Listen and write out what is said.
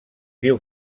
diu